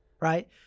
Right